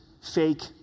fake